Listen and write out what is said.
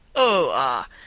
oh, ah!